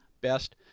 best